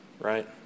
right